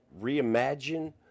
reimagine